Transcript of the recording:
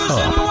up